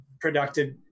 productive